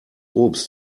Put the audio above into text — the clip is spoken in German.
obst